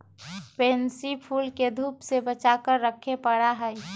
pansy फूल के धूप से बचा कर रखे पड़ा हई